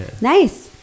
nice